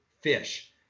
fish